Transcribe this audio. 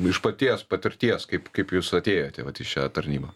iš paties patirties kaip kaip jūs atėjote vat į šią tarnybą